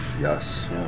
Yes